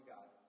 God